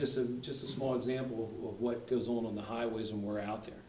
just a just a small example of what goes on on the highways when we're out there